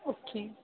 okay